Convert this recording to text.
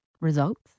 results